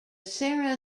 sarah